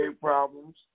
problems